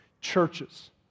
churches